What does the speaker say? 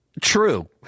True